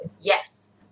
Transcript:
Yes